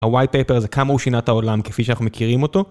הווייפפר זה כמה הוא שינה את העולם כפי שאנחנו מכירים אותו